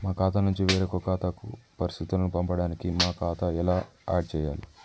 మా ఖాతా నుంచి వేరొక ఖాతాకు పరిస్థితులను పంపడానికి మా ఖాతా ఎలా ఆడ్ చేయాలి?